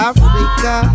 Africa